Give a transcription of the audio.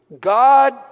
God